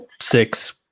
six